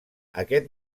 aquest